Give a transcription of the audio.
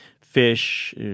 fish